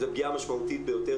זו פגיעה משמעותית ביותר,